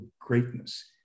greatness